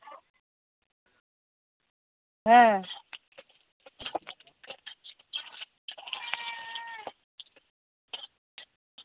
হ্যাঁ